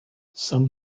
some